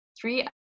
Three